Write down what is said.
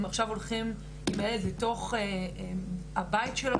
הם עכשיו הולכים לתוך הבית שלו,